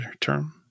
term